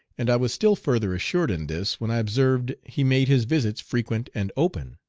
and i was still further assured in this when i observed he made his visits frequent and open.